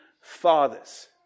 fathers